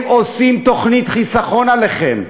הם עושים תוכנית חיסכון עליכם,